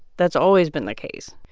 that's always been the case.